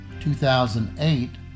2008